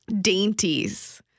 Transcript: dainties